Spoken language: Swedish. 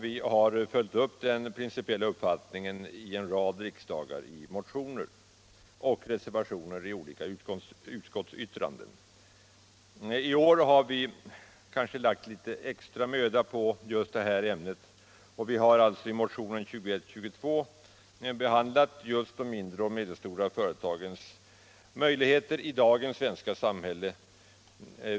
Vi har följt upp den principiella uppfattningen vid en rad riksmöten i form av motioner och reservationer till olika utskottsbetänkanden. I år har vi kanske lagt ned litet extra möda på just detta ämne och har i motionen 2122 behandlat de mindre och medelstora företagens möjligheter i dagens svenska samhälle.